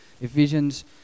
Ephesians